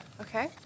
Okay